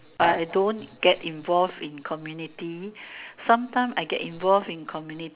I don't get involved in community sometimes I get involved in